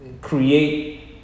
create